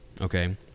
okay